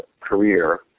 career